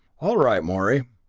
all right, morey.